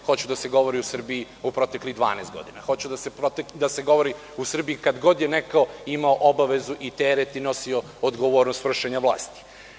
Hoću da se govori o Srbiji u proteklih 12 godina, da se govori o Srbiji kad god je imao neko obavezu i teret i nosio odgovornost vršenja vlasti.